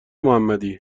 محمدی